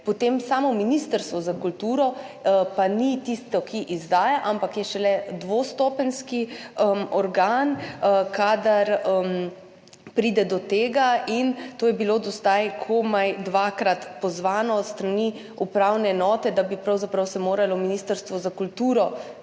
Samo Ministrstvo za kulturo pa ni tisto, ki izdaja, ampak je šele dvostopenjski organ, kadar pride do tega. Do zdaj je bilo komaj dvakrat pozvano s strani upravne enote, da bi se pravzaprav moralo Ministrstvo za kulturo